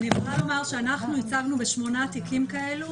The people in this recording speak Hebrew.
אני יכולה לומר שאנחנו ייצגנו ב-8 תיקים כאלו.